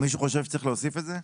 מישהו חושב שצריך להוסיף את זה?